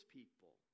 people